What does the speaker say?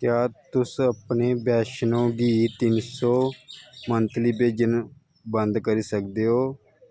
क्या तुस अपने वैश्णो गी तिन्न सौ मंथली भेजना बंद करी सकदे ओ